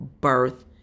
birth